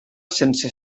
sense